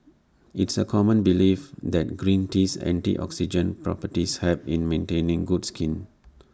it's A common belief that green tea's antioxidant properties help in maintaining good skin